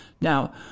Now